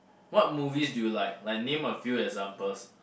what movies do you like like name a few examples